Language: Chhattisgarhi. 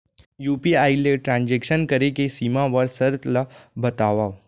यू.पी.आई ले ट्रांजेक्शन करे के सीमा व शर्त ला बतावव?